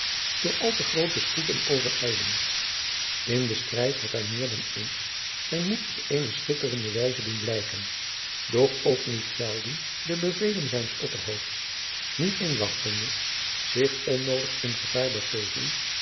door al te grooten spoed en overijling in den strijd had hij meer dan eens zijn moed op eene schitterende wijze doen blijken doch ook niet zelden de bevelen zijns opperhoofds niet inwachtende zich onnoodig in gevaar begeven